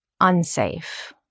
unsafe